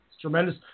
Tremendous